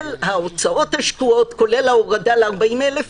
כולל ההוצאות השקועות, כולל ההורדה ל-40,000.